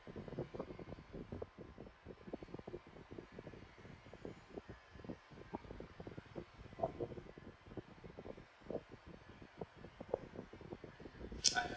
I